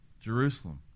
Jerusalem